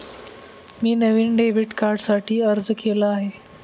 मी नवीन डेबिट कार्डसाठी अर्ज केला आहे